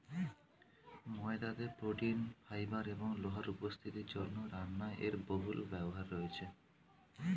ময়দাতে protein, fibre এবং লোহার উপস্থিতির জন্য রান্নায় এর বহুল ব্যবহার রয়েছে